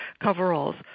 coveralls